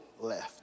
left